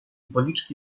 policzki